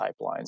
pipelines